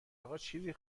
آقاچیزی